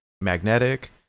Magnetic